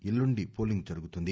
ఎల్లుండి పోలింగ్ జరుగుతుంది